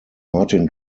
martin